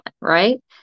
right